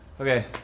Okay